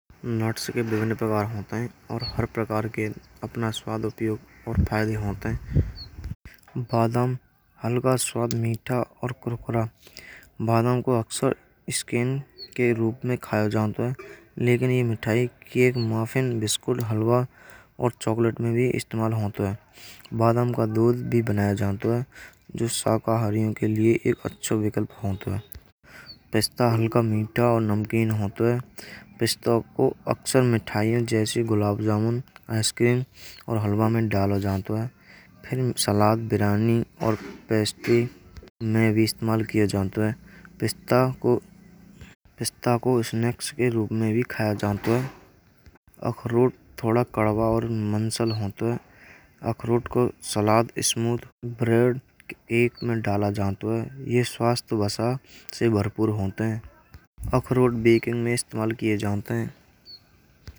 नट्स के विभिन्न प्रकार होते हैं। और हर प्रकार के अपना स्वाद प्रयोग और फ़ायदे होते हैं। बादाम हल्का स्वाद मीठा और कुरकुरा। बादाम को अक्सर स्क्रीम के रूप में खायो जात है। लेकिन यह मिठाई के माफिक बिस्किट हलवा और चोकलेट में भी इस्तेमाल होतो है। बादाम का दूध भी बनाया जै तो हय। जो शेखाड़ियों के एक अच्छा विकल्प होतो है। पिस्ता हल्का मीठा और नमकीन होतो हय। पिस्तो को अक्सर मिठाइयाँ जैसे गुलाबजामुन, आइस क्रीम और हलवे मै डालो जातो हय। फिर सलाद, बिरयानी और पेस्ट्री मै भी इस्तेमाल कियो जातो हय। पिस्ता को पिस्ता को स्नैक्स के रूप में भी खाया जाता है। अखरोट थोड़ा कड़वा और मांसल हो तो अखरोट को सलाद वाली चिकनी रोटी एक में डाला जाता है या स्वास्थ्य भाषा से भरपूर होते हैं। अखरोट बेकिंग में इस्तेमाल कियो जात है।